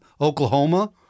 Oklahoma